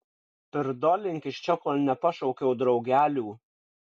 pirdolink iš čia kol nepašaukiau draugelių